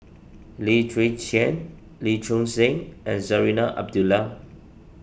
Lim Chwee Chian Lee Choon Seng and Zarinah Abdullah